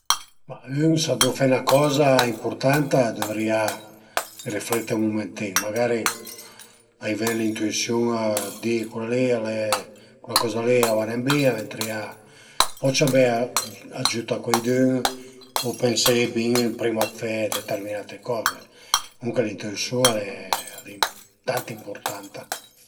Ma ün s'a deu fe 'na coza impurtanta a dövrìa rifleti ün mumentin, magari a i ven l'intüisiun, di cula li al e, cula coza li a va nen bin, ventarìa o ciamé agiüt a cuaidün u pensie bin prima d'fe determinate coze, comuncue l'intüisiun al e tant impurtanta